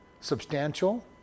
substantial